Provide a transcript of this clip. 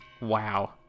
Wow